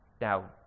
Now